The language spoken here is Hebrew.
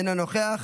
אינו נוכח,